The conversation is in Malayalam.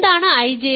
എന്താണ് IJ